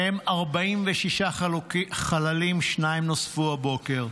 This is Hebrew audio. מהם 46 חללים, שניים נוספו הבוקר.